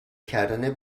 کردن